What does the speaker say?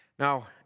Now